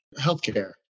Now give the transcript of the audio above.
Healthcare